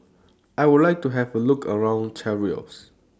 I Would like to Have A Look around Cairo